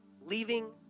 leaving